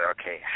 okay